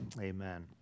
Amen